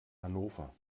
hannover